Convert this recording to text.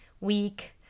week